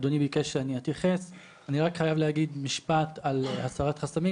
אני גם רוצה לשמור על האדמות שלנו,